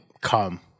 Come